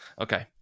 okay